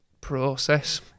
process